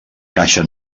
caixa